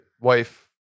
wife